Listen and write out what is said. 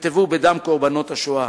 נכתבו בדם קורבנות השואה.